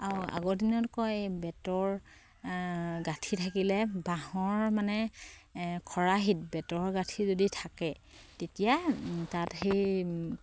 আৰু আগৰ দিনত কয় বেতৰ গাঁঠি থাকিলে বাঁহৰ মানে খৰাহিত বেতৰ গাঁঠি যদি থাকে তেতিয়া তাত সেই